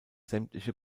sämtliche